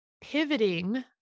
pivoting